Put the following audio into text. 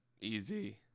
easy